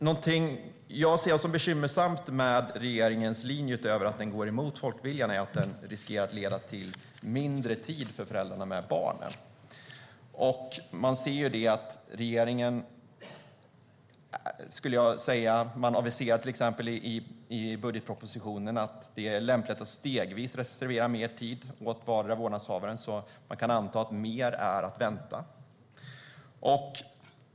Någonting jag ser som bekymmersamt med regeringens linje, utöver att den går emot folkviljan, är att den riskerar att leda till mindre tid med föräldrarna för barnen. Regeringen aviserar till exempel i budgetpropositionen att det är lämpligt att stegvis reservera mer tid åt vardera vårdnadshavaren, så man kan anta att mer är att vänta.